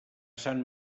sant